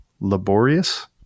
laborious